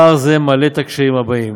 פער זה מעלה את הקשיים האלה: